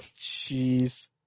Jeez